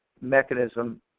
mechanism